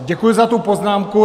Děkuji za tu poznámku.